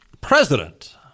president